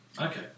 Okay